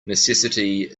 necessity